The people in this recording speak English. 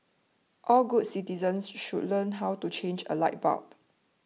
all good citizens should learn how to change a light bulb